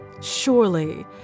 Surely